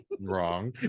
wrong